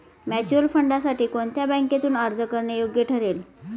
Mutual फंडांसाठी कोणत्या बँकेतून अर्ज करणे योग्य ठरेल?